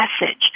message